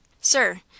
Sir